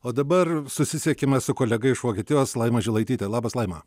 o dabar susisiekime su kolega iš vokietijos laima žilaityte labas laima